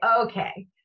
okay